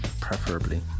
preferably